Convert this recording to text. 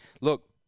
look